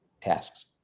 tasks